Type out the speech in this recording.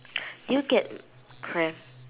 do you get cramp